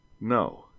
no